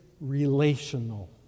relational